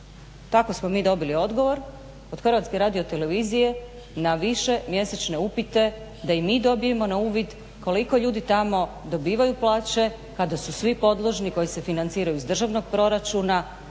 Tako smo mi dobili odgovor od HRT-a na višemjesečne upite da i mi dobijemo na uvid koliko ljudi tamo dobivaju plaće kada su svi podložni koji se financiraju iz državnog proračuna